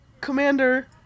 Commander